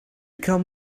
come